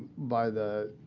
by the